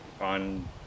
on